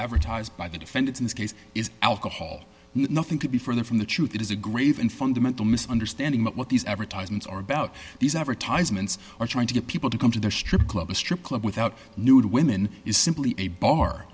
advertised by the defendants in this case is alcohol nothing could be further from the truth it is a grave and fundamental misunderstanding about what these advertisements are about these advertisements or trying to get people to come to the strip club a strip club without nude women is simply a bar